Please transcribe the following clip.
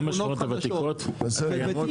גם בשכונות הוותיקות הקיימות?